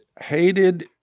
hated